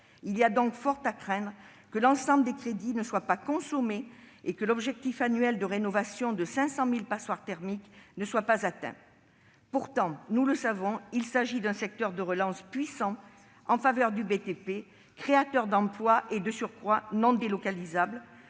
Il y a donc fort à craindre que l'ensemble des crédits ne soit pas consommé et que l'objectif annuel de rénovation de 500 000 passoires thermiques ne soit pas atteint. Pourtant, il s'agit d'un secteur de relance puissant en faveur du BTP, créateur d'emplois non délocalisables